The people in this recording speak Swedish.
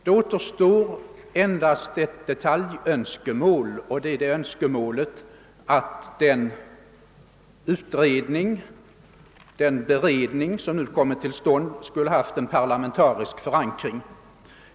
Det återstår endast ett detaljönskemål och det är att den kommitté som nu tillsatts skulle haft parlamentarisk förankring.